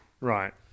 right